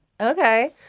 Okay